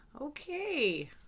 Okay